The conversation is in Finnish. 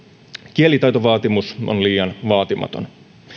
kielitaitovaatimus on liian vaatimaton